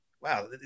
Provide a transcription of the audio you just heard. wow